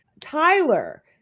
Tyler